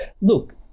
Look